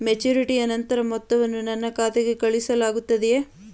ಮೆಚುರಿಟಿಯ ನಂತರ ಮೊತ್ತವನ್ನು ನನ್ನ ಖಾತೆಗೆ ಕಳುಹಿಸಲಾಗುತ್ತದೆಯೇ?